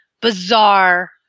bizarre